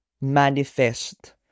manifest